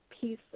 piece